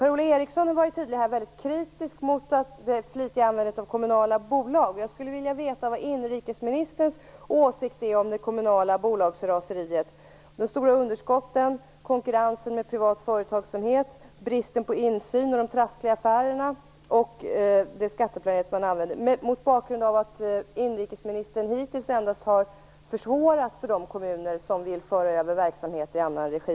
Per-Ola Eriksson var tidigare väldigt kritisk mot det flitiga användandet av kommunala bolag. Jag skulle vilja veta vilken inrikesministerns åsikt är om det kommunala bolagsraseriet, de stora underskotten, konkurrensen med privat företagsamhet, bristen på insyn, de trassliga affärerna och den skatteplanering som man använder - detta mot bakgrund av att inrikesministern hittills endast har försvårat för de kommuner som vill föra över verksamhet i annan regi.